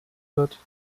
wird